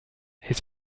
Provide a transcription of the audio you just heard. his